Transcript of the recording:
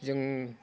जों